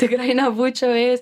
tikrai nebūčiau ėjus